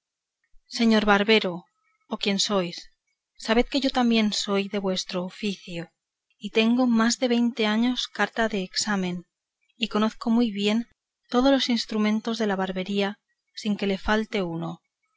señor barbero o quien sois sabed que yo también soy de vuestro oficio y tengo más ha de veinte años carta de examen y conozco muy bien de todos los instrumentos de la barbería sin que le falte uno